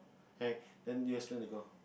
alright then you explain the girl